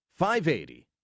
580